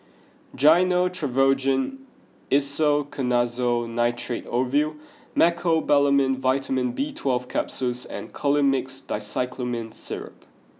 Gyno Travogen Isoconazole Nitrate Ovule Mecobalamin Vitamin B Twelve Capsules and Colimix Dicyclomine Syrup